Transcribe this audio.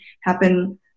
happen